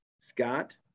Scott